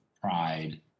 pride